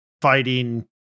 fighting